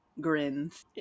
grins